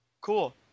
Cool